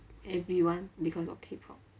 everyone because of K pop